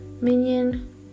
Minion